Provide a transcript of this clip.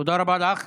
תודה רבה לך.